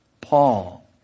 Paul